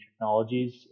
technologies